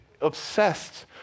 obsessed